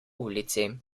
ulici